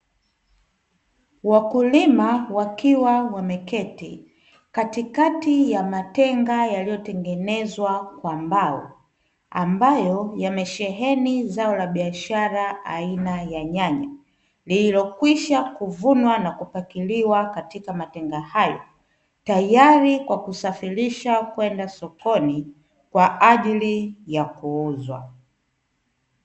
Wakulima wakiwa wameketi katikati ya matenga yaliyotengenezwa kwa mbao, ambayo yamesheheni zao la biashara aina ya nyanya, lililokwisha kuvunwa na kupakiliwa katika matenga hayo, tayari kwa kusafirisha kwenda sokoni kwa ajili ya kuuzwa.